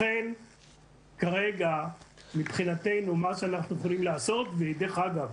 כרגע מבחינתנו מה שאנחנו יכולים לעשות, ודרך אגב,